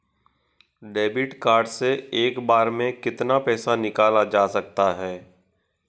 Debit card से एक बार में कितना पैसा निकाला जा सकता है?